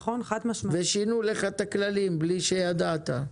ושינו לך את הכללים בלי שידעת,